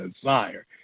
desire